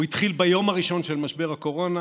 הוא התחיל ביום הראשון של משבר הקורונה.